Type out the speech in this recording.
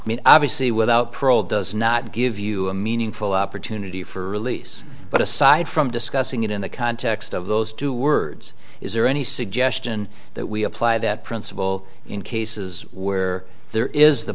i mean obviously without parole does not give you a meaningful opportunity for release but aside from discussing it in the context of those two words is there any suggestion that we apply that principle in cases where